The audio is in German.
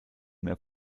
mehr